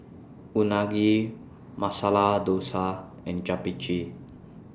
Unagi Masala Dosa and Japchae